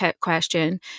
question